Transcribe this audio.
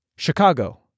Chicago